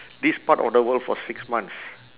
this part of the world for six months